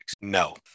No